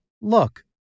look